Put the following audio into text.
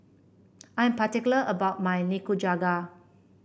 I'm particular about my Nikujaga